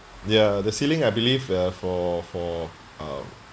ya the ceiling I believe uh for for uh